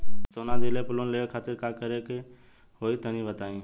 सोना दिहले पर लोन लेवे खातिर का करे क होई तनि बताई?